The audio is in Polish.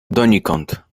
donikąd